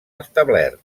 establert